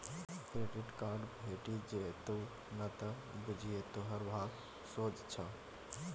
credit card भेटि जेतउ न त बुझिये तोहर भाग सोझ छौ